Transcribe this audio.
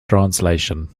translation